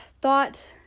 thought